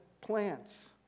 plants